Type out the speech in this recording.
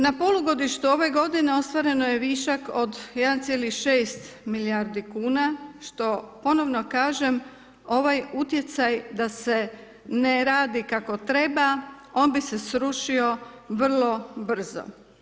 Na polugodištu ove g. ostvareno je višak od 1,6 milijardi kn, što ponovno kažem, ovaj utjecaj da se ne radi kako treba, on bi se srušio vrlo brzo.